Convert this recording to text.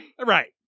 Right